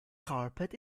carpet